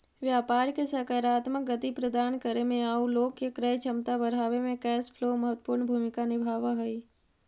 व्यापार के सकारात्मक गति प्रदान करे में आउ लोग के क्रय क्षमता बढ़ावे में कैश फ्लो महत्वपूर्ण भूमिका निभावऽ हई